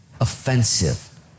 offensive